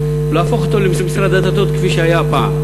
להפוך אותו למשרד הדתות כפי שהיה פעם.